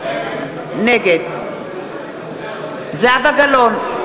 נגד זהבה גלאון,